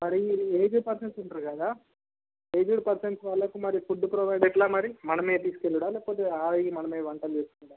మరి aged persons ఉంటారు కదా ఏజ్డ్ పర్సన్స్ వాళ్ళకు మరి ఫుడ్డు ప్రొవైడ్ ఎలా మరి మనమే తీసుకువెళ్ళడమా లేకపోతే వాళ్ళకీ మనమే వంటలు చేసుకుంటామా